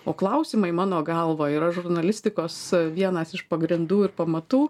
o klausimai mano galva yra žurnalistikos vienas iš pagrindų ir pamatų